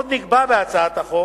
עוד נקבע בהצעת החוק